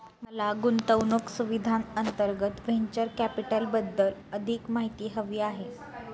मला गुंतवणूक सुविधांअंतर्गत व्हेंचर कॅपिटलबद्दल अधिक माहिती हवी आहे